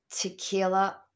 tequila